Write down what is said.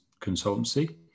consultancy